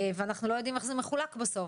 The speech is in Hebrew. ואנחנו לא יודעים איך זה מחולק בסוף,